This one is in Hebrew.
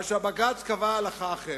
מה שהבג"ץ קבע הלכה אחרת.